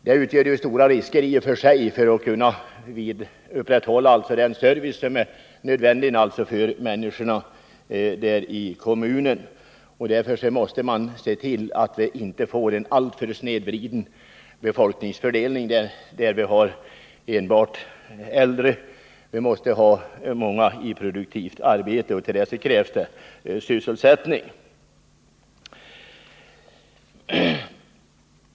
Detta utgör i och för sig risker när det gäller att kunna upprätthålla den service som är nödvändig för människorna i kommunen. Därför måste man se till att vi inte får en alltför snedvriden befolkningsfördelning, med enbart äldre människor. Vi måste ha många i produktivt arbete, och till det krävs sysselsättning.